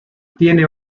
tiene